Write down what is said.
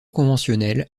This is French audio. conventionnelle